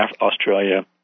Australia